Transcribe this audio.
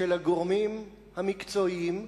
של הגורמים המקצועיים,